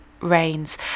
rains